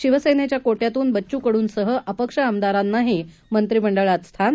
शिवसेनेच्या कोट्यातून बच्चू कडूंसह अपक्ष आमदारांनाही मंत्रिमंडळात स्थान